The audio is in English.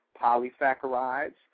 polysaccharides